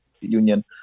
Union